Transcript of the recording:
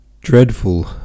Dreadful